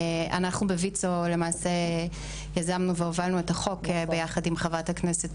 אנחנו בויצ"ו למעשה יזמנו והובלנו את החוק היה ביחד עם חברת הכנסת